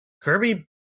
Kirby